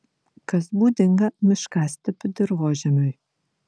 kas būdinga miškastepių dirvožemiui